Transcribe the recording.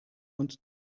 und